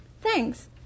Thanks